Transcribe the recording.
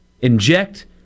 inject